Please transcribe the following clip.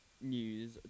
news